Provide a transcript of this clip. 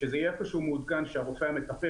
שזה יהיה איפה שהוא מעודכן שהרופא המטפל,